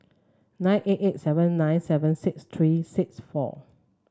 nine eight eight seven nine seven six three six four